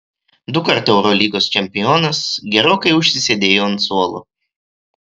dukart eurolygos čempionas gerokai užsisėdėjo ant suolo